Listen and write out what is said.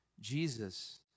Jesus